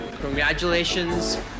Congratulations